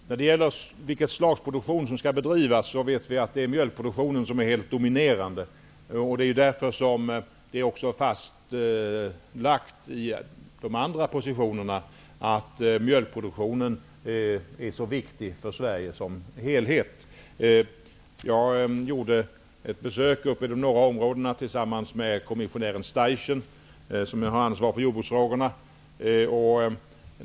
Herr talman! När det gäller vilket slags produktion som skall bedrivas vet vi att mjölkproduktionen är helt dominerande. Det är därför som det också är fastlagt i de andra positionerna att mjölkproduktionen är viktig för Sverige som helhet. Jag gjorde ett besök i de norra områdena tillsammans med kommissionär Steichen, som har ansvar för jordbruksfrågorna.